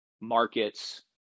markets